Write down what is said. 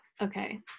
Okay